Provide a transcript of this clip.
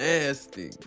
Nasty